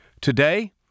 Today